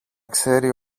ξέρει